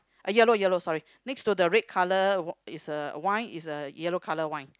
uh yellow yellow sorry next to the red colour is a wine is a yellow colour wine